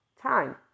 time